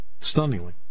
Stunningly